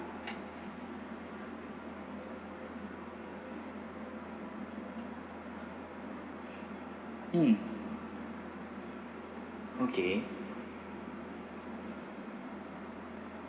mm okay